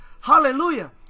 Hallelujah